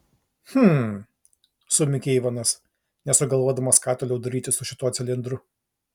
hm sumykė ivanas nesugalvodamas ką toliau daryti su šituo cilindru